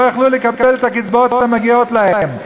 היו יכולים לקבל את הקצבאות המגיעות להם.